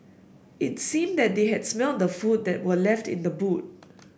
it's seemed that they had smelt the food that were left in the boot